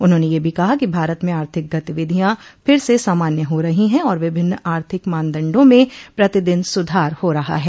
उन्होंने यह भी कहा कि भारत में आर्थिक गतिविधियां फिर से सामान्य हो रही हैं और विभिन्न आर्थिक मानदण्डों में प्रतिदिन सुधार हो रहा है